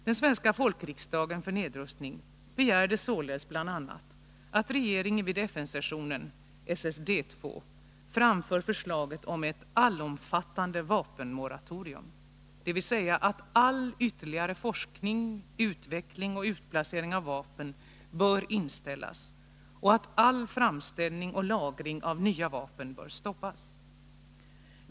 Den svenska folkriksdagen för nedrustning begärde således bl.a. att regeringen vid FN-sessionen SSD II, framför förslaget om ett allomfattande vapenmoratorium, dvs. att all ytterligare forskning, utveckling och utplacering av vapen bör inställas och att all framställning och lagring av nya vapen bör stoppas.